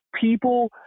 people